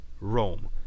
Rome